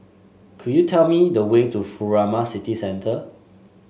could you tell me the way to Furama City Centre